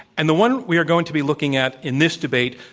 and the one we are going to be looking at in this debate,